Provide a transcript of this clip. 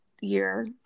year